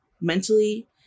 mentally